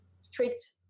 strict